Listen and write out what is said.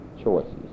choices